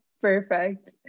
Perfect